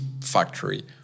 factory